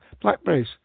blackberries